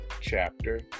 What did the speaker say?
chapter